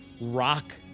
rock